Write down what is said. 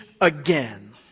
again